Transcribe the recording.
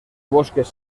bosques